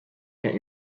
get